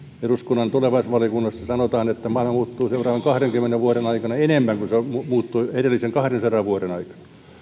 eduskunnan tulevaisuusvaliokunnassa sanotaan että maailma muuttuu seuraavan kahdenkymmenen vuoden aikana enemmän kuin se on muuttunut edellisen kahdensadan vuoden aikana